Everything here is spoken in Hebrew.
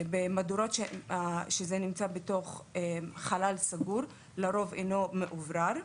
במדורות שנמצאות בתוך חלל סגור שלרוב אינו מאוורר.